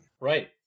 Right